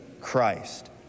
Christ